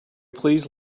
please